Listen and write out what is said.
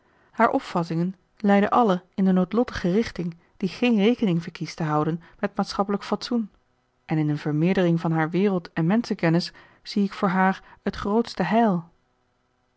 haar opvattingen leiden alle in de noodlottige richting die geen rekening verkiest te houden met maatschappelijk fatsoen en in een vermeerdering van haar wereld en menschenkennis zie ik voor haar het grootste heil